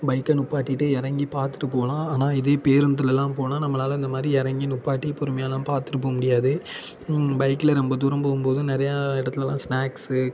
பைக்கை நிப்பாட்டிட்டு இறங்கி பார்த்துட்டு போகலாம் ஆனால் இதே பேருந்திலலாம் போனால் நம்மளால் இந்தமாதிரி இறங்கி நிப்பாட்டி பொறுமையாகலாம் பார்த்துட்டு போக முடியாது பைக்கில் ரொம்ப தூரம் போகும்போது நிறையா இடத்துலலாம் ஸ்நாக்ஸு